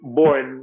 born